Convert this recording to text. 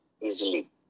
easily